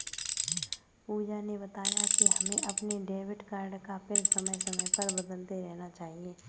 पूजा ने बताया कि हमें अपने डेबिट कार्ड का पिन समय समय पर बदलते रहना चाहिए